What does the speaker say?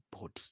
body